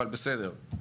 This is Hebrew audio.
אבל בסדר.